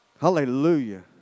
Hallelujah